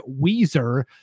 Weezer